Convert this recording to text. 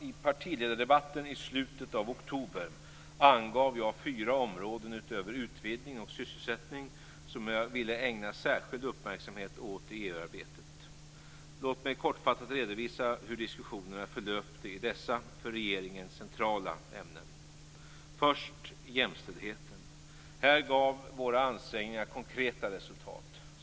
I partiledardebatten i slutet av oktober angav jag fyra områden utöver utvidgningen och sysselsättningen som jag ville ägna särskild uppmärksamhet åt i EU-arbetet. Låt mig kortfattat redovisa hur diskussionerna förlöpte i dessa för regeringen centrala ämnen. Först skall jag ta upp jämställdheten. Här gav våra ansträngningar konkreta resultat.